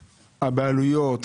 הבעלויות,